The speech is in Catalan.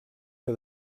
que